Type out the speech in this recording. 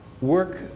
work